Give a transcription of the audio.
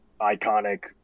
iconic